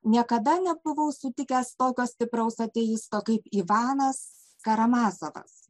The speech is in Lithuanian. niekada nebuvau sutikęs tokio stipraus ateisto kaip ivanas karamazovas